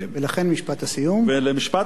ולמשפט הסיום אני אומר גם כן,